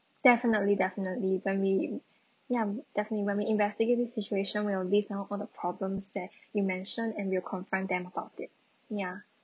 definitely definitely when we yeah definitely when we investigate this situation we will list down all the problems that you mentioned and we will confront them about it ya